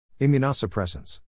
Immunosuppressants